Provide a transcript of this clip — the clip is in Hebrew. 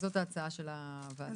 זאת ההצעה של הוועדה.